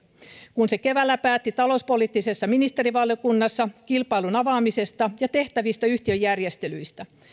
kun se keväällä päätti talouspoliittisessa ministerivaliokunnassa kilpailun avaamisesta ja tehtävistä yhtiöjärjestelyistä